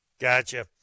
Gotcha